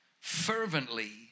fervently